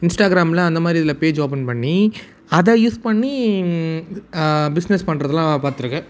இன்ஸ்டாக்ராமில் அந்தமாதிரி இதில் page open பண்ணி அதை யூஸ் பண்ணி பிஸ்னஸ் பண்ணுறதுலாம் பார்த்துருக்கேன்